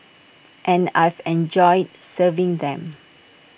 and I've enjoyed serving them